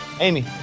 Amy